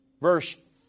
verse